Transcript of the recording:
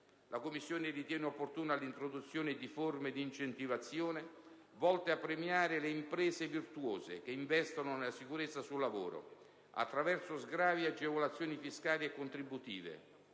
La Commissione ritiene opportuna l'introduzione di forme di incentivazione volte a premiare le imprese virtuose che investono nella sicurezza sul lavoro attraverso sgravi e agevolazioni fiscali e contributive.